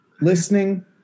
listening